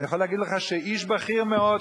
אני יכול להגיד לך שאיש בכיר מאוד,